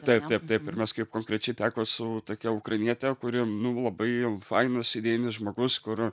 taip taip taip ir mes kaip konkrečiai teko su tokia ukrainiete kuri nu labai jau fainas idėjinis žmogus kur